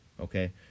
Okay